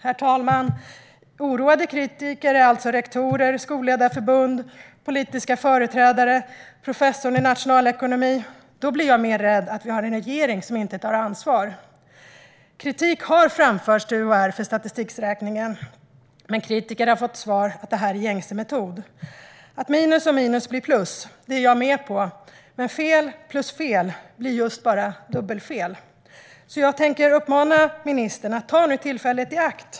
Men när oroade kritiker är rektorer, skolledarförbund, politiska företrädare och en professor i nationalekonomi blir jag mer rädd att vi har en regering som inte tar ansvar. Kritik har framförts till UHR för statistikräkningen, men kritikerna har fått svaret att detta är gängse metod. Att minus och minus blir plus är jag med på, men fel plus fel blir just bara dubbelfel. Jag uppmanar ministern att ta tillfället i akt.